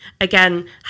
Again